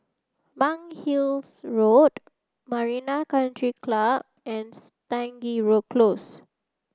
Monk Hill's Road Marina Country Club and Stangee Row Close